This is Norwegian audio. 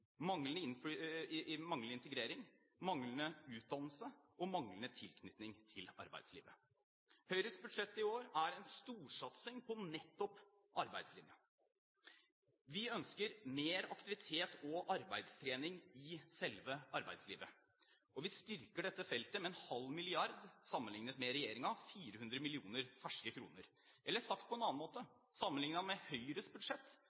manglende integrering, manglende utdannelse og manglende tilknytning til arbeidslivet. Høyres budsjett i år er en storsatsing på nettopp arbeidslinjen. Vi ønsker mer aktivitet og arbeidstrening i selve arbeidslivet, og vi styrker dette feltet med en halv milliard kroner – sammenlignet med regjeringen: 400 millioner ferske kroner. Eller sagt på en annen måte: Sammenlignet med Høyres budsjett